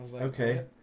Okay